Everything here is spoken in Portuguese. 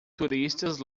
turistas